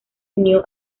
unió